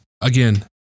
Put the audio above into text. again